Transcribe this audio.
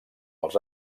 els